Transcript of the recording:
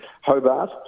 Hobart